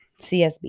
CSB